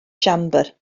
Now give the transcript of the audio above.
siambr